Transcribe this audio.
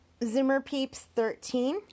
ZimmerPeeps13